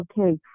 okay